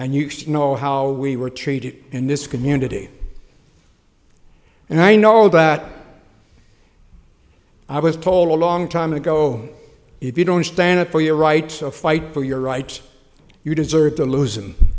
and you know how we were treated in this community and i know that i was told a long time ago if you don't stand up for your rights of fight for your rights you deserve to los